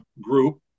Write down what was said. group